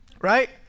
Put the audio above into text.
right